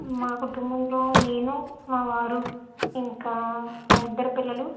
మా కుటుంభంలో నేను మా వారు ఇంకా మా ఇద్దరు పిల్లలు